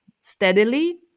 steadily